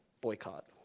boycott